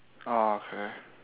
oh okay